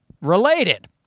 related